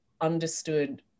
understood